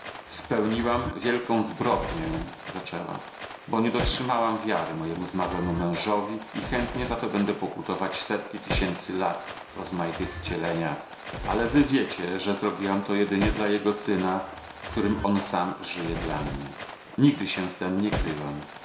spełniłam wielką zbrodnię zaczęła bo nie dotrzymałam wiary mojemu zmarłemu mężowi i chętnie za to będę pokutować setki tysięcy lat w rozmaitych wcieleniach ale wy wiecie że zrobiłam to jedynie dla jego syna w którym on sam żyje dla mnie nigdy się z tem nie kryłam